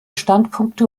standpunkte